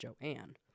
Joanne